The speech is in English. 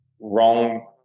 wrong